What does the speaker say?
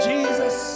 Jesus